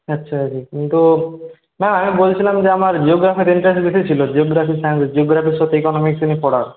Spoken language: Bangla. আচ্ছা কিন্তু ম্যাম আমি বলছিলাম যে আমার জিওগ্রাফিতে ইন্টারেস্ট বেশি ছিল জিওগ্রাফি সায়েন্স জিওগ্রাফির সাথে ইকোনমিকস নিয়ে পড়ার